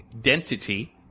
density